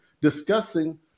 discussing